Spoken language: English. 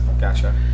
gotcha